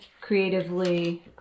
creatively